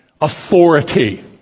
authority